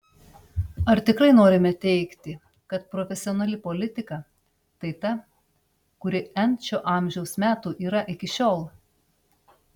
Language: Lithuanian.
ar tikrai norime teigti kad profesionali politika tai ta kuri n šio amžiaus metų yra iki šiol